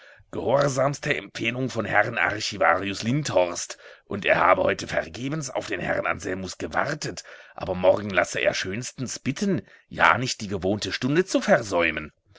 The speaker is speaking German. gehorsamste empfehlung vom herrn archivarius lindhorst und er habe heute vergebens auf den herrn anselmus gewartet aber morgen lasse er schönstens bitten ja nicht die gewohnte stunde zu versäumen